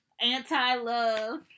anti-love